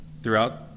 throughout